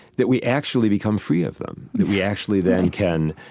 that we actually become free of them. that we actually then can,